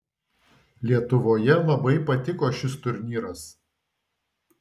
lietuvoje labai patiko šis turnyras